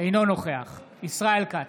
אינו נוכח ישראל כץ,